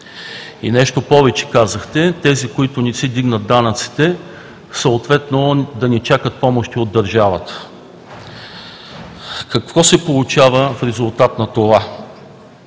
Нещо повече казахте – тези, които не си вдигнат данъците, съответно да не чакат помощи от държавата. Какво се получава в резултат на това?